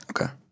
Okay